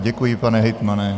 Děkuji, pane hejtmane.